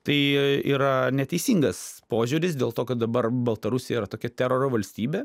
tai yra neteisingas požiūris dėl to kad dabar baltarusija yra tokia teroro valstybė